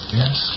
yes